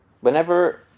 whenever